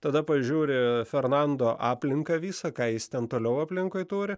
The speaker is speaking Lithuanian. tada pažiūri fernando aplinką visą ką jis ten toliau aplinkui turi